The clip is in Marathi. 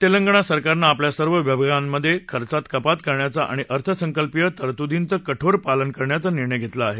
तेलंगण सरकारनं आपल्या सर्व विभागांमधे खर्चात कपात करण्याचा आणि अर्थसंकल्पीय तरतुदींचं कठोर पालन करण्याचा निर्णय घेतला आहे